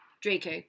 Draco